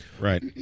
Right